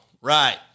Right